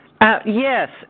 Yes